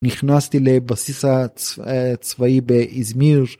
נכנסתי לבסיס הצבאי באיזמיר